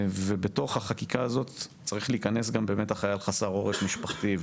ובתוך החקיקה הזאת צריך להיכנס גם באמת החייל חסר עורף משפחתי,